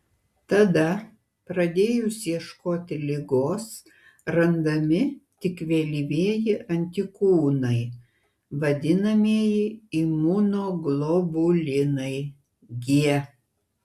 tada pradėjus ieškoti ligos randami tik vėlyvieji antikūnai vadinamieji imunoglobulinai g